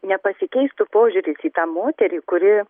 nepasikeistų požiūris į tą moterį kuri